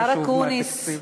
השר אקוניס.